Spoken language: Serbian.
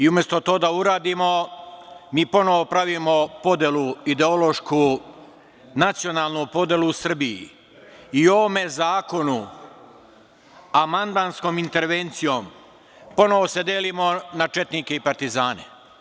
Umesto to da uradimo, mi ponovo pravimo podelu ideološku, nacionalnu podelu u Srbiji i u ovom zakonu amandmanskom intervencijom ponovo se delimo na četnike i partizane.